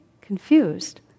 confused